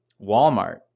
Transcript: Walmart